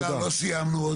רגע, לא סיימנו עוד.